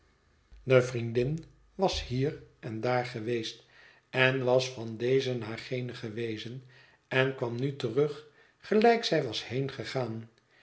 de vriendin was hier en daar geweest en was van dezen naar genen gewezen en kwam nu terug gelijk zij was